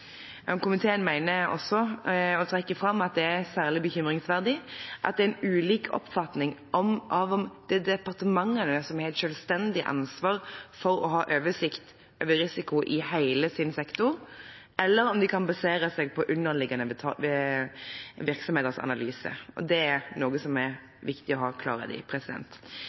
tilstrekkelig. Komiteen trekker også fram at det er særlig bekymringsfullt at det er ulik oppfatning av om departementene har et selvstendig ansvar for å ha oversikt over risiko i hele sin sektor, eller om de kan basere seg på underliggende virksomheters analyse. Det er noe som er viktig å ha klarhet i.